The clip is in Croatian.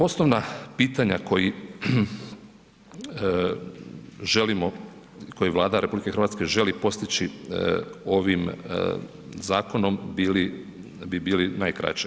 Osnovna pitanja koji, želimo, koji Vlada RH želi postići ovim zakonom bili, bi bili najkraće.